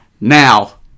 Now